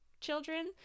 children